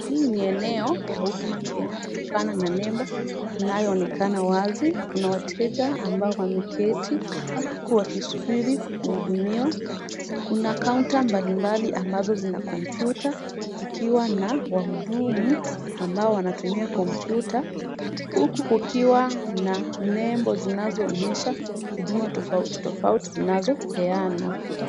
Hii ni eneo ya huduma Kenya kutokana na nembo inayoonekana wazi. Kuna wateja ambao wameketi huku wakisubiri kuhudumiwa. Kuna kaunta mbali mbali ambazo zina kompyuta zikiwa na wahudumu ambao wanatumia kompyuta huku kukiwa na nembo zinazo onyesha huduma tofauti tofauti zinazo peanwa.